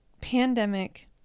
pandemic